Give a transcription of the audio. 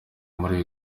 muri